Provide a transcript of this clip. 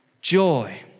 joy